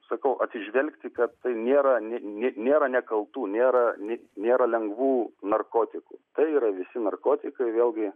sakau atsižvelgti kad tai nėra ne nėra nekaltų nėra ne nėra lengvų narkotikų tai yra visi narkotikai vėlgi